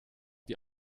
die